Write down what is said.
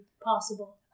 possible